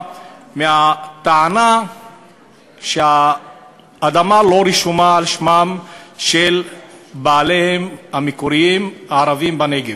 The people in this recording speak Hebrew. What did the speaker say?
מהטענה שהאדמה לא רשומה על שמם של בעליהם המקוריים הערבים בנגב,